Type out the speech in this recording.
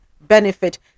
benefit